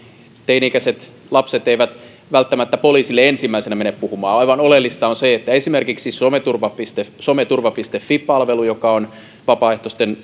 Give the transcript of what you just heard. teini ikäiset lapset eivät välttämättä poliisille ensimmäisenä mene puhumaan aivan oleellista on esimerkiksi someturva fi palvelu joka on vapaaehtoisten